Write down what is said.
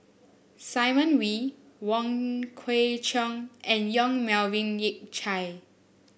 Simon Wee Wong Kwei Cheong and Yong Melvin Yik Chye